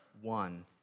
one